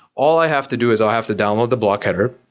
all i have to do is i'll have to download the block header,